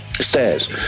stairs